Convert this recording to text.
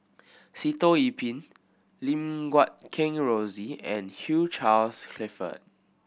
Sitoh Yih Pin Lim Guat Kheng Rosie and Hugh Charles Clifford